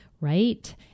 right